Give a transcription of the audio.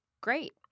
Great